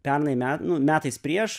pernai me nu metais prieš